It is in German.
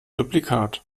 duplikat